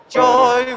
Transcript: joy